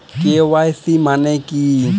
KYC মানে কী?